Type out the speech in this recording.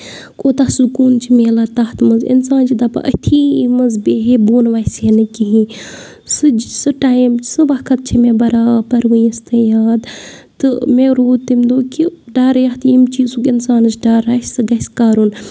کوتاہ سکوٗن چھِ ملان تَتھ منٛز انسان چھِ دَپان أتھی منٛز بے ہے بۄن وَسہِ ہے نہٕ کِہیٖنۍ سُہ سُہ ٹایم سُہ وقت چھِ مےٚ برابر وٕنِس تٲنۍ یاد تہٕ مےٚ روٗد تمہِ دۄہ کہِ ڈَر یَتھ ییٚمہِ چیٖزُک اِنسانَس ڈَر آسہِ سُہ گژھِ کَرُن